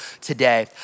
today